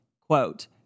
Quote